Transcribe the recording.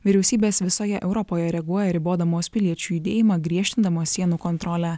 vyriausybės visoje europoje reaguoja ribodamos piliečių judėjimą griežtindamos sienų kontrolę